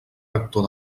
rector